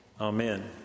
Amen